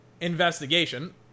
investigation